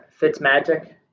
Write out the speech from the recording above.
Fitzmagic